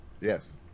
Yes